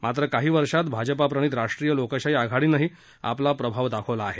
मात्र काही वर्षात भाजपप्रणित राष्ट्रीय लोकशाही आघाडीनंही आपला प्रभाव दाखवला आहे